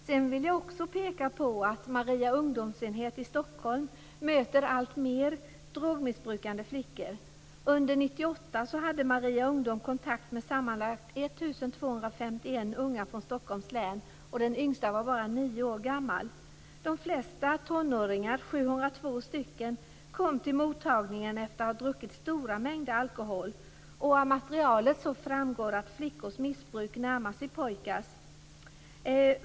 Sedan vill jag peka på att Maria ungdomsenhet i Stockholm möter alltmer drogmissbrukande flickor. Under 1998 hade Maria ungdom kontakt med sammanlagt 1 251 unga från Stockholms län. Den yngsta var bara nio år gammal. De flesta tonåringar, 702 stycken, kom till mottagningen efter att ha druckit stora mängder alkohol. Av materialet framgår att flickors missbruk närmar sig pojkars.